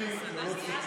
יבגני, מילות סיכום.